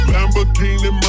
Lamborghini